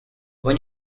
when